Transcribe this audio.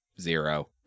Zero